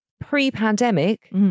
pre-pandemic